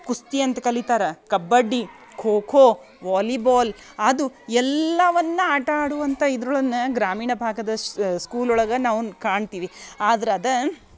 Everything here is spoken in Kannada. ಕುಸ್ತಿ ಅಂತ ಕಲಿತಾರ ಕಬಡ್ಡಿ ಖೋ ಖೋ ವಾಲಿಬಾಲ್ ಅದು ಎಲ್ಲವನ್ನು ಆಟ ಆಡುವಂಥ ಇದ್ರುನ್ನ ಗ್ರಾಮೀಣ ಭಾಗದ ಸ್ಕೂಲ್ ಒಳಗೆ ನಾವು ಕಾಣ್ತೀವಿ ಆದ್ರೆ ಅದೇ